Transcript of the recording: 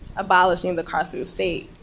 abolishing the carceral state,